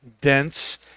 dense